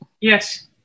Yes